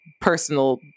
personal